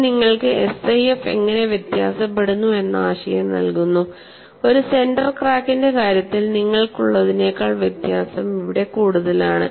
ഇത് നിങ്ങൾക്ക് SIF എങ്ങനെ വ്യത്യാസപ്പെടുന്നു എന്ന ആശയം നൽകുന്നു ഒരു സെന്റർ ക്രാക്കിന്റെ കാര്യത്തിൽ നിങ്ങൾക്കുള്ളതിനേക്കാൾ വ്യത്യാസം ഇവിടെ കൂടുതലാണ്